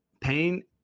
pain